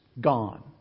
gone